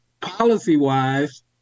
policy-wise